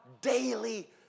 daily